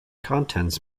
contents